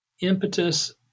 impetus